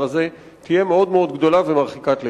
הזה תהיה מאוד מאוד גדולה ומרחיקת לכת.